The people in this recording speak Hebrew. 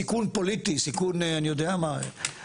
סיכון פוליטי סיכון אני יודע מה אסטרטגי,